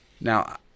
Now